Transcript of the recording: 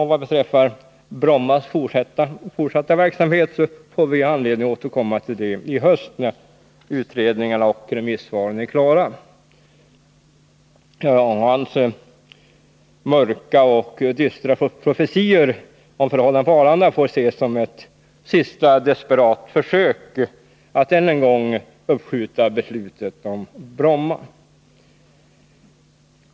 Vad beträffar den fortsatta verksamheten på Bromma får vi anledning att återkomma i höst, när utredningar och remissvar är klara. Rolf Clarksons mörka och dystra profetior om förhållandena på Arlanda får ses som ett sista desperat försök att än en gång uppskjuta beslutet om Bromma.